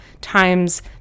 times